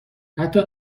حتی